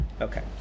Okay